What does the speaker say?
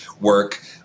work